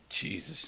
Jesus